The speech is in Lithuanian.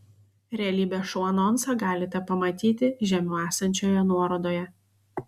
realybės šou anonsą galite pamatyti žemiau esančioje nuorodoje